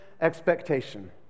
expectation